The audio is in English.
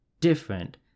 different